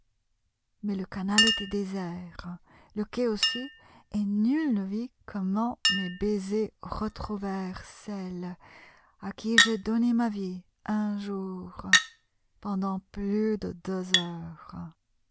mais le canal était désert le quai aussi et nul ne vit comment mes baisers retrouvèrent celle à qui j'ai donné ma vie un jour pendant plus de deux heures